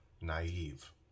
naive